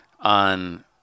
on